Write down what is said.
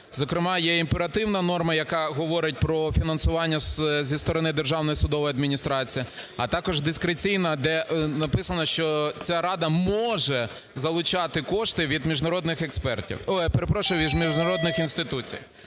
Зокрема, є імперативна норма, яка говорить про фінансування зі сторони Державної судової адміністрації, а також дискреційна, де написано, що ця рада може залучати кошти від міжнародних експертів.